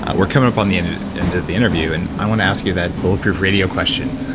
we're coming up on the end end of the interview. and i want to ask you that bulletproof radio question.